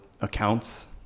accounts